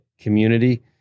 community